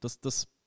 Das